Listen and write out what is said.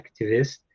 activists